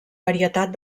varietat